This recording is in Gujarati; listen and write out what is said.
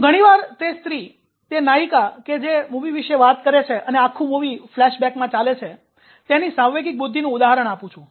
હું ઘણીવાર તે સ્ત્રી તે નાયિકા કે જે તે મૂવી વિશે વાત કરે છે અને આખું મૂવી ફ્લેશબેકમાં ચાલે છે તેની સાંવેગિક બુદ્ધિનું ઉદાહરણ આપું છુ